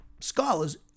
scholars